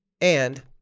And-